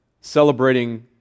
celebrating